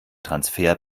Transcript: transfer